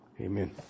Amen